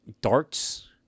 darts